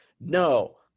No